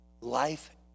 Life